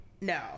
No